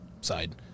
side